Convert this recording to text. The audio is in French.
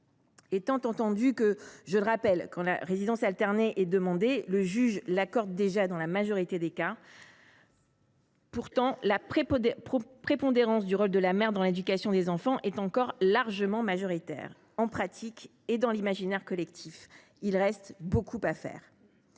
parentale. Je le rappelle, quand la résidence alternée est demandée, le juge l’accorde déjà dans la grande majorité des cas. Pourtant, la prépondérance du rôle de la mère dans l’éducation des enfants est encore largement majoritaire, en pratique et dans l’imaginaire collectif. Il reste beaucoup à faire.